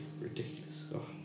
Ridiculous